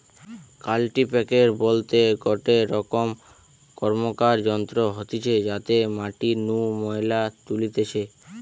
কাল্টিপ্যাকের বলতে গটে রকম র্কমকার যন্ত্র হতিছে যাতে মাটি নু ময়লা তুলতিছে